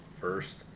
first